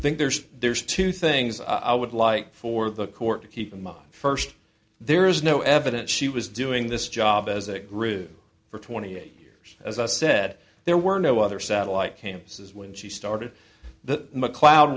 i think there's there's two things i would like for the court to keep in mind first there is no evidence she was doing this job as it grew for twenty eight years as i said there were no other satellite campuses when she started